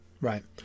right